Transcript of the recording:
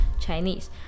chinese